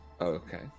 Okay